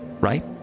right